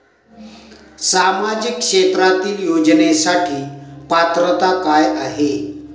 सामाजिक क्षेत्रांतील योजनेसाठी पात्रता काय आहे?